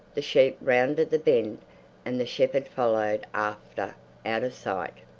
the sheep rounded the bend and the shepherd followed after out of sight.